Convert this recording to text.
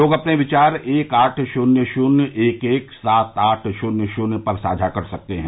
लोग अपने विचार एक आठ शून्य शून्य एक एक सात आठ शून्य शून्य पर साझा कर सकते हैं